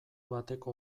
bateko